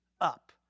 up